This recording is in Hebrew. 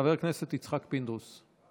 חבר הכנסת יצחק פינדרוס.